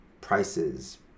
prices